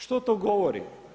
Što to govori?